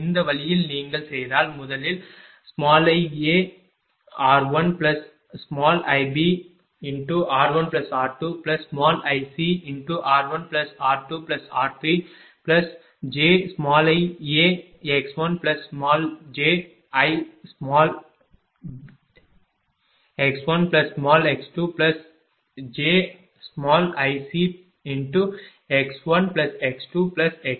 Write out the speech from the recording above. இந்த வழியில் நீங்கள் செய்தால் முதலில் iAr1iBr1r2iCr1r2r3j iAx1j iBx1x2j iCx1x2x3